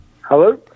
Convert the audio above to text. Hello